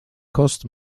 cost